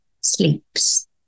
sleeps